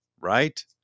right